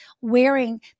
wearing